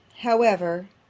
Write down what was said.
however,